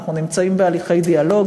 אנחנו נמצאים בהליכי דיאלוג